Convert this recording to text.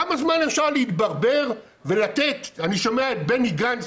כמה זמן אפשר להתברבר ולתת אני שומע את בני גנץ,